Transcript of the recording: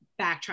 backtrack